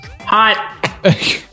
hot